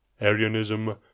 Arianism